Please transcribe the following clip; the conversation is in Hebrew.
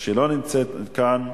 היא לא נמצאת כאן.